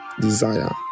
desire